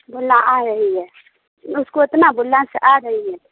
بولنا آ رہی ہے اس کو اتنا بولنا کہ آ رہی ہے